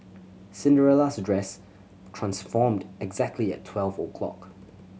Cinderella's dress transformed exactly at twelve o' clock